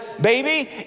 baby